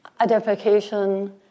identification